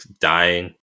dying